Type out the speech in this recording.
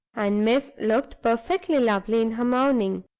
and miss looked perfectly lovely in her mourning.